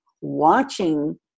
watching